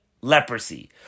leprosy